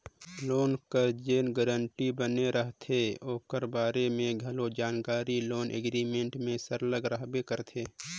loan कर जेन guarantor बने रहथे ओकर बारे में घलो जानकारी लोन एग्रीमेंट में सरलग रहबे करथे